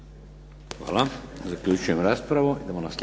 Hvala. Zaključujem raspravu.